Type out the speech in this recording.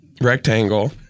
rectangle